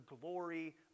glory